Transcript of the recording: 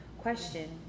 question